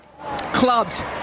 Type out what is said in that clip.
Clubbed